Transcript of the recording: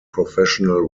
professional